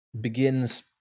begins